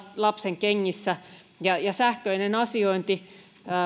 lapsenkengissä sähköinen asiointi